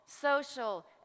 social